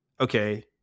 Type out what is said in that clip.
okay